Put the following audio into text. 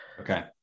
Okay